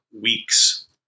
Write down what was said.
weeks